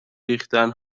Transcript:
ریختن